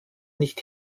nicht